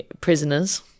Prisoners